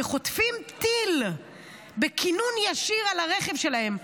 וחוטפים טיל בכינון ישיר על הרכב שלהם,